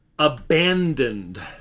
abandoned